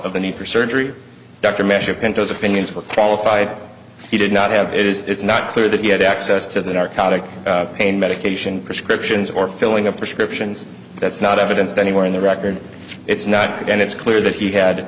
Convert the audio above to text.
of the need for surgery dr measure pintos opinions were qualified he did not have it is it's not clear that he had access to that are katic pain medication prescriptions or filling up prescriptions that's not evidence anywhere in the record it's not and it's clear that he had